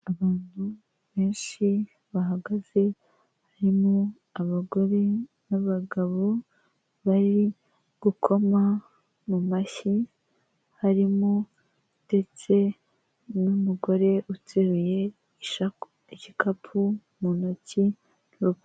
Abantu benshi bahagaze harimo abagore n'abagabo bari gukoma mu mashyi harimo ndetse n'umugore uteruye igikapu mu ntoki.